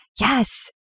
Yes